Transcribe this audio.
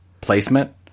placement